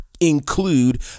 Include